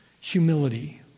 humility